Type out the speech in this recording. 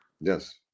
Yes